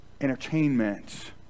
entertainment